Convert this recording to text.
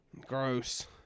Gross